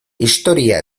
historia